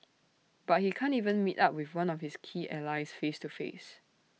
but he can't even meet up with one of his key allies face to face